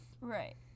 right